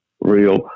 Real